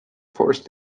forced